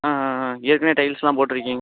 ஆ ஆ ஆ ஏற்கனவே டைல்ஸ்லாம் போட்டிருக்கீங்